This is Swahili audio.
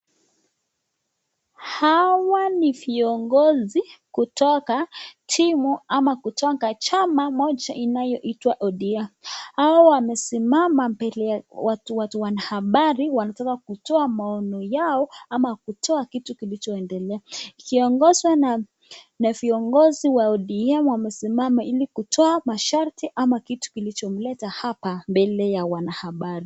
Hawa ni viongozi kutoka timu ama kutoka chama moja inayoitwa ODM. Hao wamesimama mbele ya wanahabari wanataka kutoa maono yao ama kutoa kitu kilichoendelea. Ikiongozwa na viongozi wa ODM wamesimama ili kutoa masharti ama kitu kilichomleta hapa mbele ya wanahabari.